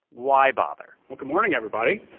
why bother? well, good morning, everybody.